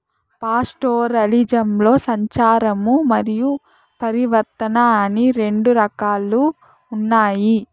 పాస్టోరలిజంలో సంచారము మరియు పరివర్తన అని రెండు రకాలు ఉన్నాయి